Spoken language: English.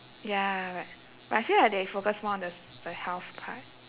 ya but I feel like they focus more on the s~ the health part